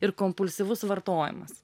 ir kompulsyvus vartojimas